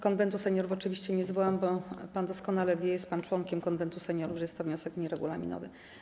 Konwentu Seniorów oczywiście nie zwołam, bo pan doskonale wie - jest pan członkiem Konwentu Seniorów - że jest to wniosek nieregulaminowy.